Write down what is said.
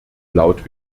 laut